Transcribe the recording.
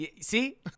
See